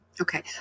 Okay